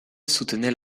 soutenait